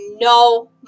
no